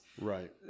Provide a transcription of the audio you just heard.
Right